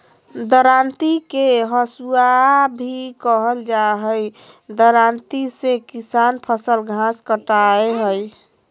दरांती के हसुआ भी कहल जा हई, दरांती से किसान फसल, घास काटय हई